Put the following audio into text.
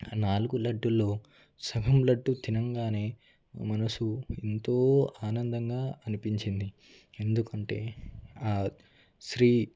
ఆ నాలుగు లడ్డూలలో సగం లడ్డూ తినంగానే మనసు ఎంతో ఆనందంగా అనిపించింది ఎందుకంటే ఆ శ్రీ